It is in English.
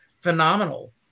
phenomenal